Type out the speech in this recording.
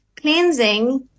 cleansing